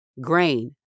grain